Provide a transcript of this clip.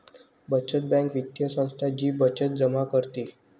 बचत बँक वित्तीय संस्था जी बचत जमा करते